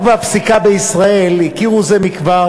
החוק והפסיקה בישראל הכירו זה כבר,